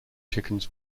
chickens